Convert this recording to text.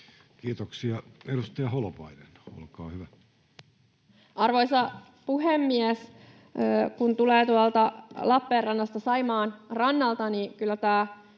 Kiitoksia. — Edustaja Holopainen, olkaa hyvä. Arvoisa puhemies! Kun tulee tuolta Lappeenrannasta, Saimaan rannalta, niin kyllä tämä